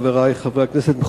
חברי חברי הכנסת,